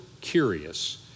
curious